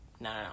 no